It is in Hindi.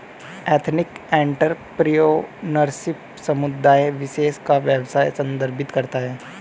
एथनिक एंटरप्रेन्योरशिप समुदाय विशेष का व्यवसाय संदर्भित करता है